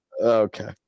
okay